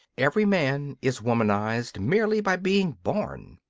every man is womanised, merely by being born.